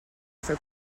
for